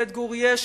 את גורייה,